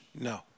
No